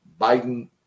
biden